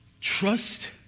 Trust